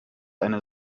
eine